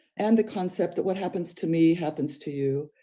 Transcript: and the concept of what happens to me happens to you,